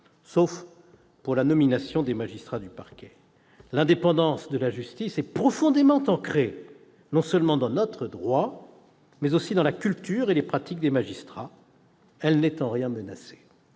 sauf pour la nomination des magistrats du parquet. L'indépendance de la justice est profondément ancrée non seulement dans notre droit, mais aussi dans la culture et les pratiques des magistrats. Elle n'est en rien menacée.